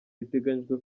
biteganyijwe